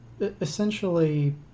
essentially